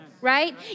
right